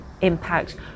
impact